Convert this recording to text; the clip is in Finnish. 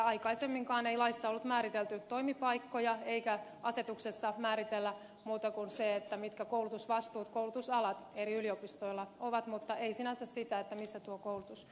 aikaisemminkaan ei laissa ollut määritelty toimipaikkoja eikä asetuksessa määritellä muuta kuin se mitkä koulutusvastuut koulutusalat eri yliopistoilla on mutta ei sinänsä sitä missä tuo koulutus järjestetään